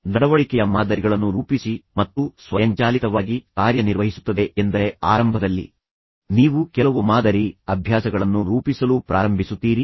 ನಡವಳಿಕೆಯ ಮಾದರಿಗಳನ್ನು ರೂಪಿಸಿ ಮತ್ತು ಸ್ವಯಂಚಾಲಿತವಾಗಿ ಕಾರ್ಯನಿರ್ವಹಿಸುತ್ತದೆ ಎಂದರೆ ಆರಂಭದಲ್ಲಿ ನೀವು ಕೆಲವು ಮಾದರಿ ಅಭ್ಯಾಸಗಳನ್ನು ರೂಪಿಸಲು ಪ್ರಾರಂಭಿಸುತ್ತೀರಿ